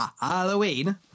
Halloween